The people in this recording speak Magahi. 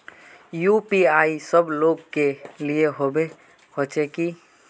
यु.पी.आई सब लोग के लिए होबे होचे की?